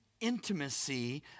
intimacy